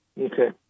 Okay